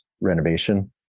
renovation